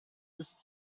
ist